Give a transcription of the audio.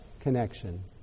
connection